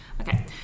okay